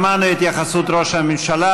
שמענו את התייחסות ראש הממשלה,